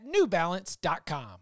NewBalance.com